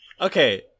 Okay